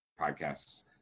podcasts